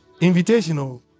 invitational